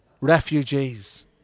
refugees